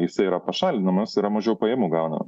jisai yra pašalinamas yra mažiau pajamų gauna